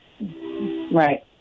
Right